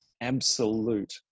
absolute